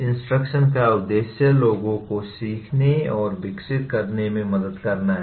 instruction का उद्देश्य लोगों को सीखने और विकसित करने में मदद करना है